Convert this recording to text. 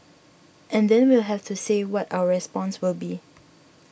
and then we'll have to say what our response will be